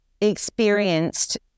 experienced